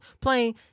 playing